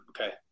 Okay